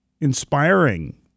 inspiring